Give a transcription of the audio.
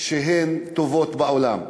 שהן טובות בעולם,